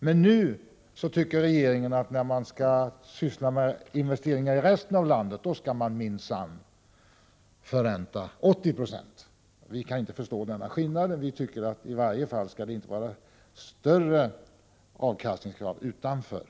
Men när det gäller investeringar i resten av landet tycker regeringen nu att man minsann skall förränta 80 96 av kapitalet. Vi kan inte förstå denna skillnad och menar att avkastningskravet utanför Stockholmsområdet i varje fall inte skall vara större än inom Stockholmsområdet.